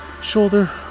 shoulder